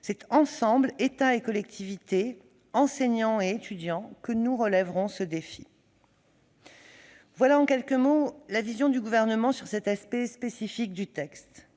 C'est ensemble- État et collectivités, enseignants et étudiants -que nous relèverons ce défi. Voilà en quelques mots la vision du Gouvernement sur cet aspect spécifique du texte ;